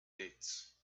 gates